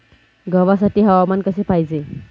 गव्हासाठी हवामान कसे पाहिजे?